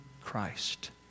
Christ